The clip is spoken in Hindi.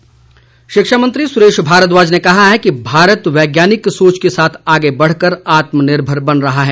भारद्वाज शिक्षा मंत्री सुरेश भारद्वाज ने कहा है कि भारत वैज्ञानिक सोच के साथ आगे बढ़कर आत्मनिर्भर बन रहा है